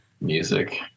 music